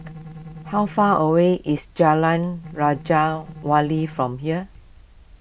how far away is Jalan Raja Wali from here